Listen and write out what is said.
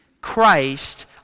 Christ